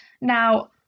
Now